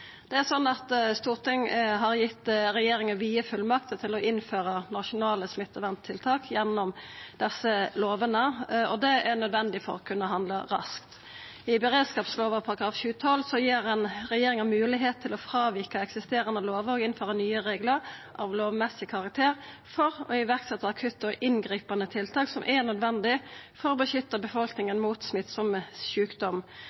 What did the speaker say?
Stortinget har gitt regjeringa vide fullmakter til å innføra nasjonale smitteverntiltak gjennom desse lovene, og det er nødvendig for å kunna handla raskt. I smittevernlova § 7-12 gir ein regjeringa moglegheit til å fråvika eksisterande lover og innføra nye reglar av lovmessig karakter for å setja i verk akutte og inngripande tiltak som er nødvendige for å beskytta befolkninga mot smittsam sjukdom,